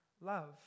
love